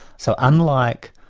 so unlike